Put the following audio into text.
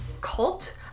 cult